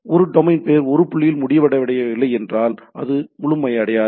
ஒரு டொமைன் பெயர் ஒரு புள்ளியில் முடிவடையவில்லை என்றால் அது முழுமையடையாது